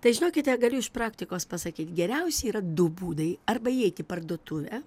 tai žinokite galiu iš praktikos pasakyt geriausiai yra du būdai arba įeit į parduotuvę